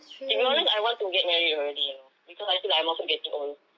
to be honest I want to get married already you know because I feel like I'm also getting old